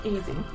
Easy